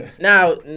Now